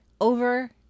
Over